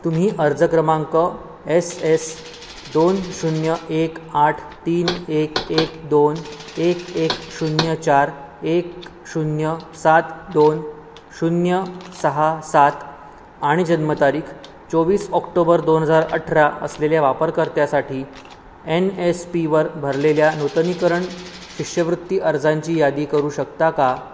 तुम्ही अर्ज क्रमांक एस एस दोन शून्य एक आठ तीन एक एक दोन एक एक शून्य चार एक शून्य सात दोन शून्य सहा सात आणि जन्मतारीख चोवीस ऑक्टोबर दोन हजार अठरा असलेल्या वापरकर्त्यासाठी एन एस पीवर भरलेल्या नूतनीकरण शिष्यवृत्ती अर्जांची यादी करू शकता का